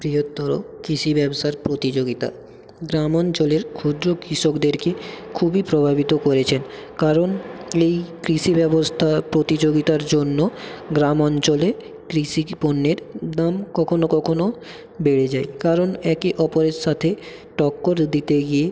বৃহত্তর কৃষি ব্যবসার প্রতিযোগিতা গ্রামাঞ্চলের ক্ষুদ্র কৃষকদেরকে খুবই প্রভাবিত করেছেন কারণ এই কৃষি ব্যবস্থা প্রতিযোগিতার জন্য গ্রামাঞ্চলে কৃষি পণ্যের দাম কখনও কখনও বেড়ে যায় কারণ একে অপরের সাথে টক্কর দিতে গিয়ে